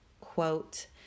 quote